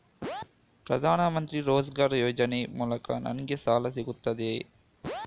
ಪ್ರದಾನ್ ಮಂತ್ರಿ ರೋಜ್ಗರ್ ಯೋಜನೆ ಮೂಲಕ ನನ್ಗೆ ಸಾಲ ಸಿಗುತ್ತದೆಯೇ?